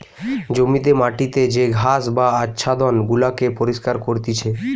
জমিতে মাটিতে যে ঘাস বা আচ্ছাদন গুলাকে পরিষ্কার করতিছে